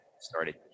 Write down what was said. started